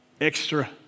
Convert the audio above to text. Extra